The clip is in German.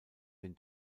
den